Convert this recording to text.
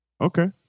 Okay